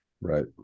Right